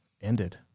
ended